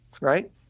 right